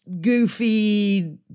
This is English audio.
goofy